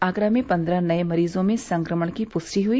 आगरा में पन्द्रह नए मरीजों में संक्रमण की पुष्टि हुई